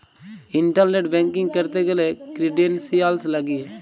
internet banking ক্যরতে গ্যালে credentials লাগিয়ে